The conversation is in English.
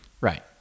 Right